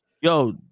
yo